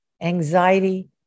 anxiety